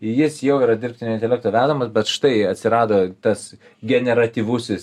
jis jau yra dirbtinio intelekto vedamas bet štai atsirado tas generatyvusis